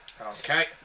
Okay